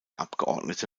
abgeordnete